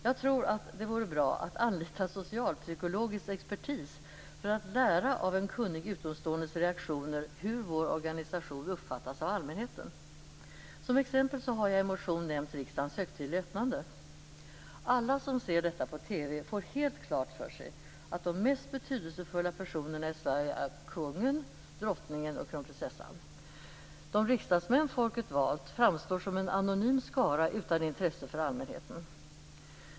Jag tror att det vore bra att anlita socialpsykologisk expertis, för att lära av en kunnig utomståendes reaktioner hur vår organisation uppfattas av allmänheten. Som exempel har jag i en motion nämnt riksdagens högtidliga öppnande. Alla som ser detta på TV får helt klart för sig att de mest betydelsefulla personerna i Sverige är kungen, drottningen och kronprinsessan. De riksdagsmän folket valt framstår som en anonym skara utan intresse för allmänheten.